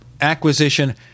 acquisition